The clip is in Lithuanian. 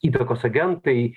įtakos agentai